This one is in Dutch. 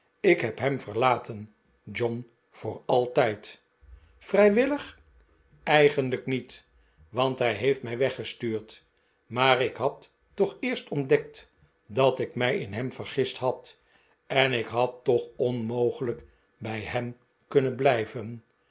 ik heb hem verlaten john voor altijd vrijwillig eigenlijk niet want hij heeft mij weggestuurd maar ik had toch eerst ontdekt dat ik mij in hem vergist had en ik had toch onmogelijk bij hem kunnen blijven